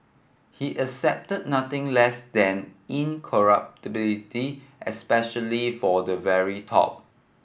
he accepted nothing less than incorruptibility especially for the very top